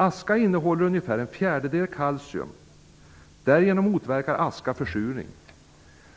Aska innehåller ungefär en fjärdedel kalcium, och därigenom motverkar aska försurning.